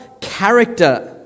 character